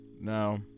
Now